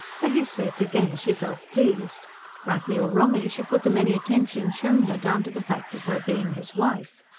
for his sake, again, she felt pleased rightly or wrongly she put the many attentions shown her down to the fact of her being his wife.